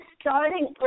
starting